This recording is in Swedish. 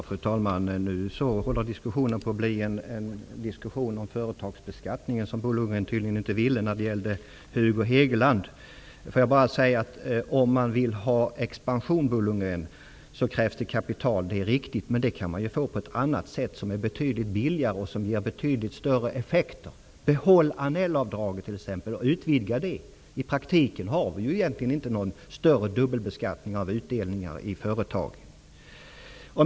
Fru talman! Vi håller nu på att få en sådan diskussion om företagsbeskattningen som Bo Låt mig bara säga följande. Det är riktigt att om man vill ha expansion, krävs det kapital, men det kan man få på ett betydligt billigare sätt, som ger åtskilligt större effekter. Behåll t.ex. Annellavdraget och utvidga det! I praktiken har vi inte någon större dubbelbeskattning av utdelningar i företag.